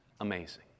amazing